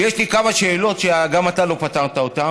ויש לי כמה שאלות שגם אתה לא פתרת אותן